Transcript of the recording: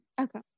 okay